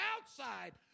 outside